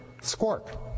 squark